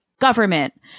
government